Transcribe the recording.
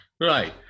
right